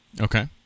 Okay